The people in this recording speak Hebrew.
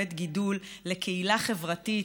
בית גידול לקהילה חברתית,